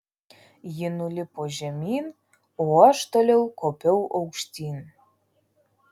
ji nulipo žemyn o aš toliau kopiau aukštyn